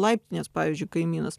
laiptinės pavyzdžiui kaimynas